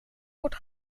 wordt